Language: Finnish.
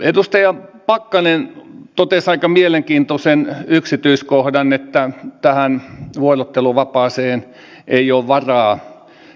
edustaja pakkanen totesi aika mielenkiintoisen yksityiskohdan että tähän vuorotteluvapaaseen ei ole varaa kaikilla